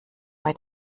bei